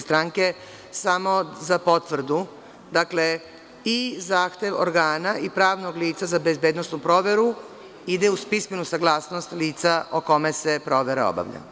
Samo za potvrdu, dakle, i zahtev organa i pravnog lica za bezbednosnu proveru ide uz pismenu saglasnost lica o kome se provera obavlja.